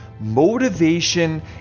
Motivation